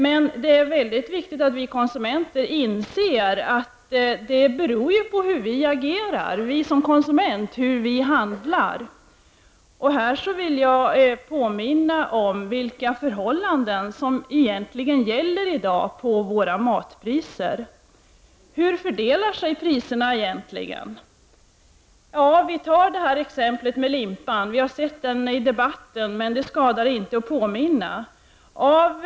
Men det är väldigt viktigt att vi konsumenter inser att det beror på hur vi agerar, hur vi handlar som konsumenter. Här vill jag påminna om vilka förhållanden som gäller i dag i fråga om våra matpriser. Hur fördelar sig priserna egentligen? Vi kan ta exemplet med limpan, som har förekommit i debatten. Det skadar inte att påminna om det.